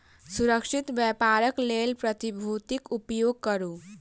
सुरक्षित व्यापारक लेल प्रतिभूतिक उपयोग करू